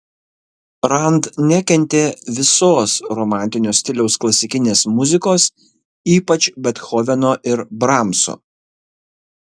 rand nekentė visos romantinio stiliaus klasikinės muzikos ypač bethoveno ir bramso